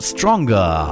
Stronger